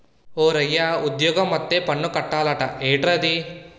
ఓరయ్యా ఉజ్జోగమొత్తే పన్ను కట్టాలట ఏట్రది